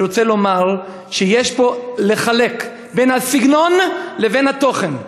אני רוצה לומר שיש להפריד פה בין הסגנון לבין התוכן.